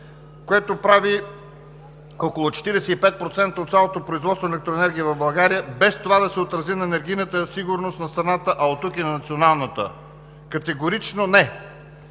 което прави около 45% от цялото производство на електроенергия в България, без това да се отрази на енергийната сигурност на страната, а оттук и на националната? Категорично не!